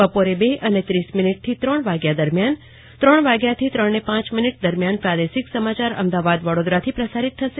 બપોરે બે અને ત્રીસ મિનિટ થી ત્રણ વાગ્યા દરમિયાન ત્રણ વાગ્યાથી ત્રણ ને પાંચ મિનિટ દરમિયાન પ્રાદેશિક સમાચાર અમદાવાદ વડોદરા કેન્દ્ર પરથી પારસરિત થશે